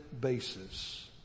basis